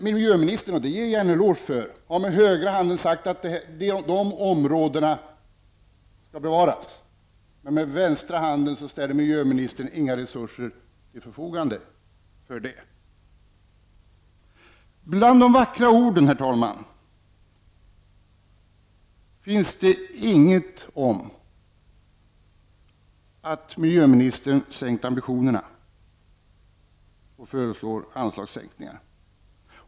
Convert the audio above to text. Miljöministern har -- och det ger jag henne en eloge för -- med högra handen sagt att de områdena skall bevaras. Men med vänstra handen ställer miljöministern inga resurser till förfogande för detta. Bland de vackra orden, herr talman, finns det inget om att miljöministern har sänkt ambitionerna och föreslår anslagssänkningar.